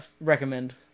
recommend